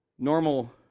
normal